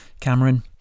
Cameron